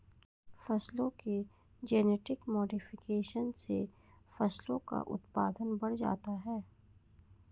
फसलों के genetic modification से फसलों का उत्पादन बढ़ जाता है